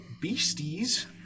beasties